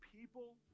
people